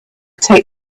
take